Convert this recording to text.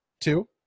Two